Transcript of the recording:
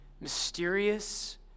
mysterious